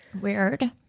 Weird